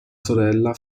sorella